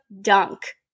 dunk